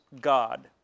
god